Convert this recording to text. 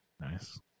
nice